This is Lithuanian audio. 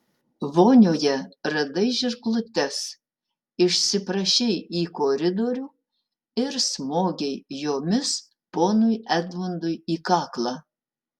vonioje radai žirklutes išsiprašei į koridorių ir smogei jomis ponui edmundui į kaklą